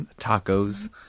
Tacos